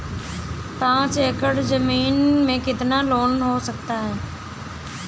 पाँच एकड़ की ज़मीन में कितना लोन हो सकता है?